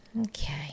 Okay